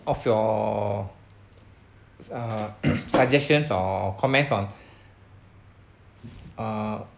of your uh suggestions or comments on uh